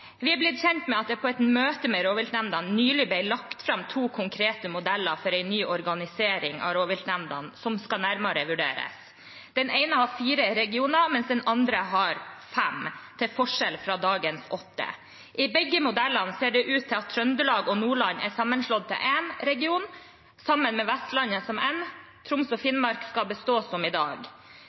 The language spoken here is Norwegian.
Vi er blitt kjent med at det på et møte med rovviltnemndene nylig ble lagt fram to konkrete modeller for en ny organisering av rovviltnemndene, som skal vurderes nærmere. Den ene modellen har fire regioner, mens den andre har fem, til forskjell fra dagens åtte. I begge modellene ser det ut til at Trøndelag og Nordland er sammenslått til én region, sammen med Vestlandet som én, mens Troms og Finnmark skal bestå som i dag.